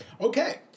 Okay